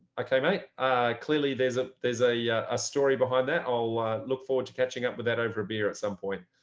like i mean clearly there's a there's ah yeah a story behind that. i'll look forward to catching up with that over a beer at some point.